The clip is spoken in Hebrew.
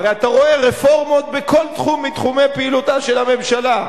הרי אתה רואה רפורמות בכל תחום מתחומי פעילותה של הממשלה.